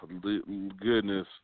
goodness